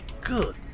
good